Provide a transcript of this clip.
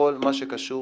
בכל מה שקשור